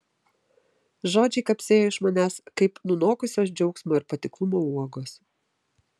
žodžiai kapsėjo iš manęs kaip nunokusios džiaugsmo ir patiklumo uogos